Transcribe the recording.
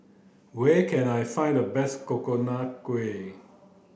where can I find the best coconut Kuih